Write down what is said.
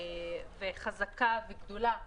חזקה וגדולה,